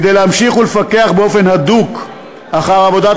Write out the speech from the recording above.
כדי להמשיך ולפקח באופן הדוק אחר עבודת